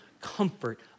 comfort